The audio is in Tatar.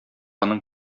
аның